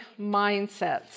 mindsets